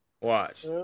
Watch